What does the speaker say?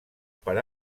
per